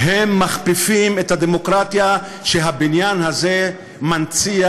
הם מכפיפים את הדמוקרטיה שהבניין הזה מנציח.